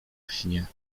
śnie